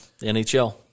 NHL